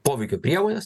poveikio priemones